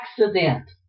accident